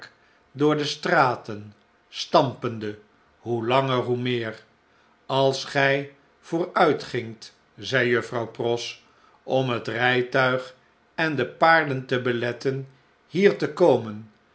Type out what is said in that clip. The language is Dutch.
door de straten stampende hoe langer hoe meer als gjj vooruitgingt zei juffrouw pross om het rjjtuig en de paardente beletten hier te komen